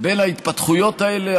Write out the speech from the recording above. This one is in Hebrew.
בין ההתפתחויות האלה,